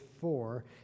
four